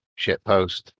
shitpost